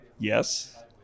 Yes